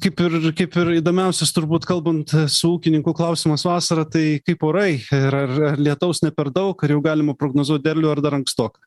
kaip ir kaip ir įdomiausias turbūt kalbant su ūkininku klausimas vasarą tai kaip orai ir ar ar lietaus ne per daug ar jau galima prognozuot derlių ar dar ankstoka